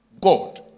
God